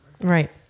Right